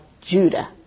Judah